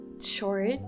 short